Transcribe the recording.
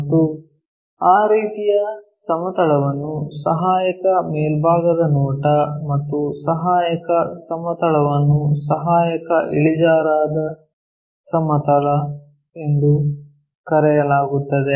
ಮತ್ತು ಆ ರೀತಿಯ ಸಮತಲವನ್ನು ಸಹಾಯಕ ಮೇಲ್ಭಾಗದ ನೋಟ ಮತ್ತು ಸಹಾಯಕ ಸಮತಲವನ್ನು ಸಹಾಯಕ ಇಳಿಜಾರಾದ ಸಮತಲ ಎಂದು ಕರೆಯಲಾಗುತ್ತದೆ